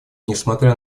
несмотря